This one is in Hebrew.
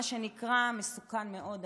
מה שנקרא מסוכן מאוד,